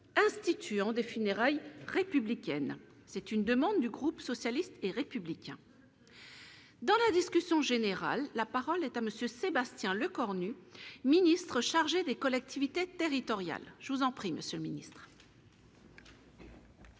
instituant des funérailles républicaine, c'est une demande du groupe socialiste et républicain dans la discussion générale, la parole est à monsieur Sébastien Lecornu, ministre chargé des collectivités territoriales, je vous en prie, monsieur minutes.